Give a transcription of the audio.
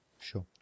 sure